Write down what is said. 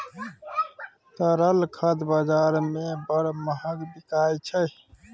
तरल खाद बजार मे बड़ महग बिकाय छै